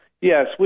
Yes